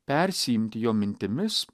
persiimti jo mintimis